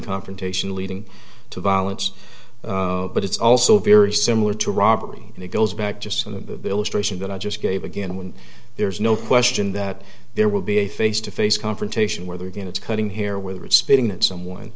confrontation leading to violence but it's also very similar to robbery and it goes back just so the illustration that i just gave again when there's no question that there will be a face to face confrontation where they're going it's cutting here whether it's speeding that someone